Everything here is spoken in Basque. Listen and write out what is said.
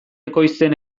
ekoizten